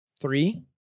three